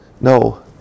No